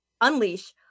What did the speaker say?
unleash